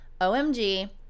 OMG